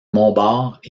montbard